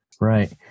Right